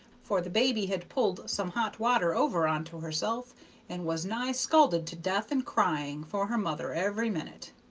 for the baby had pulled some hot water over on to herself and was nigh scalded to death and cryin' for her mother every minute.